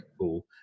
cool